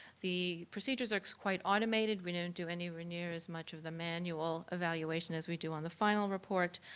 the procedures are quite automated. we don't do anywhere near as much of the manual evaluation as we do on the final report.